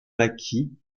maquis